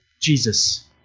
Jesus